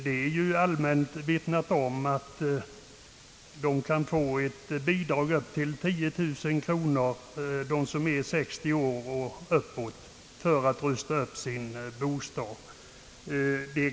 Det är ju allmänt omvittnat att den som är 60 år eller däröver kan få bidrag på upp till 10 000 kronor för att rusta upp sin bostad.